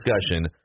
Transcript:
discussion